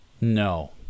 No